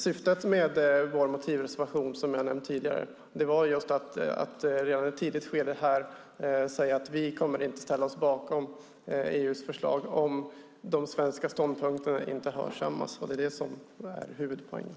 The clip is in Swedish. Syftet med vår motivreservation, som jag har nämnt tidigare, var just att redan i ett tidigt skede säga att Sverigedemokraterna inte kommer att ställa oss bakom EU:s förslag om de svenska ståndpunkterna inte hörsammas. Det är det som är huvudpoängen.